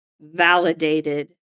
validated